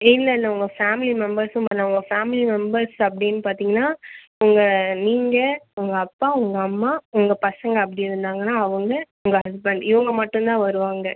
இல்லை இல்லை உங்கள் ஃபேமிலி மெம்பர்ஸ்ஸும் பண்ணலாம் உங்கள் ஃபேமிலி மெம்பர்ஸ் அப்படின்னு பார்த்தீங்கனா உங்கள் நீங்கள் உங்கள் அப்பா உங்கள் அம்மா உங்கள் பசங்க அப்படி இருந்தாங்கன்னா அவங்க உங்கள் ஹஸ்பண்ட் இவங்க மட்டும் தான் வருவாங்க